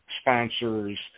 sponsors